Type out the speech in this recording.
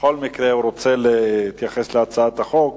שבכל מקרה רוצה להתייחס להצעת החוק.